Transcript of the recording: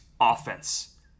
offense